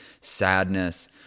sadness